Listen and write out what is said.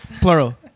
Plural